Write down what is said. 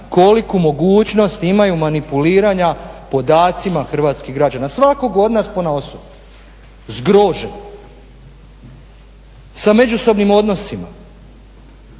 koliku mogućnost imaju manipuliranja podacima hrvatskih građana, svakog od nas ponaosob. Zgrožen. Sa međusobnim odnosima,